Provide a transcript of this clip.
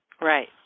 Right